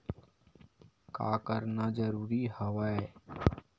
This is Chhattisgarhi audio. का करना जरूरी हवय?